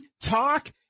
talk